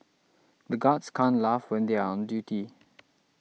the guards can't laugh when they are on duty